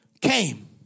came